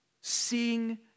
seeing